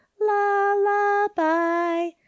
lullaby